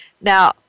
Now